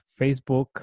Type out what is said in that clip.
Facebook